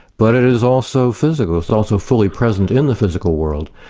but it is also physical, it's also fully present in the physical world.